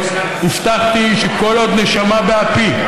הבטחתי שכל עוד נשמה באפי,